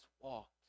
walked